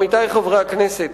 עמיתי חברי הכנסת,